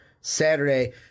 Saturday